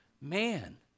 man